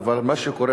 אני חושב,